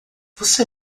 você